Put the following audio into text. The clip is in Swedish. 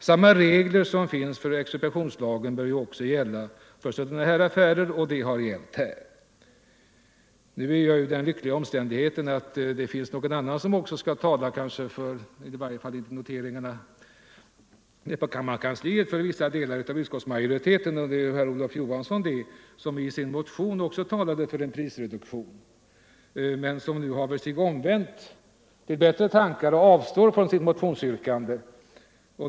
Samma regler som finns i expropriationslagen bör också gälla för sådana här affärer, och det är vad som skett i detta fall. Nu är jag i den lyckliga omständigheten att någon annan skall tala för vissa delar av utskottsmajoriteten, i varje fall enligt noteringarna på kammarkansliet. Det är herr Olof Johansson i Stockholm, som i sin motion också önskar en prisreduktion men som nu haver sig omvänt till bättre tankar och avstår från sitt motionsyrkande.